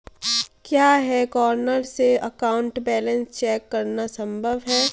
क्या e corner से account balance check करना संभव है?